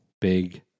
big